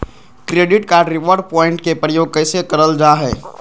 Credit card reward point के प्रयोग कैसे करल जा है?